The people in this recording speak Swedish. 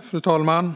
Fru talman! Att